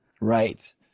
Right